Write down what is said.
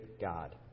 God